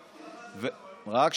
דודי, כחול לבן זה בקואליציה.